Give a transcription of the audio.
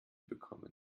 bekommen